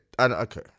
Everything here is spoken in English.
okay